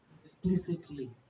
explicitly